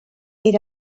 era